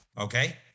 Okay